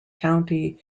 county